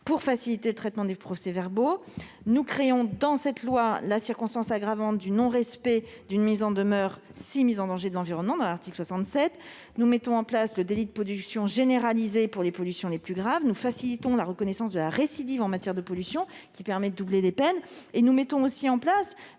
pour faciliter le traitement des procès-verbaux. Nous créons de plus dans cet article 67 la circonstance aggravante du non-respect d'une mise en demeure en cas de mise en danger de l'environnement. Nous instaurons également un délit de pollution généralisée pour les pollutions les plus graves. Nous facilitons la reconnaissance de la récidive en matière de pollution, qui permet de doubler les peines, et nous mettons aussi en place